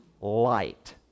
light